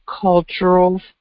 cultural